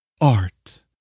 Art